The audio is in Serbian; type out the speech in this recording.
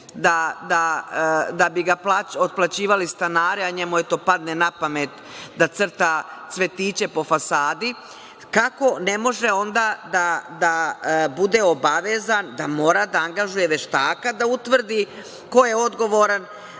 da bi ga otplaćivali stanari a njemu, eto, padne napamet da crta cvetiće po fasadi, kako ne može onda da bude obavezan da mora da angažuje veštaka da utvrdi ko je odgovoran